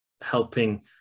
helping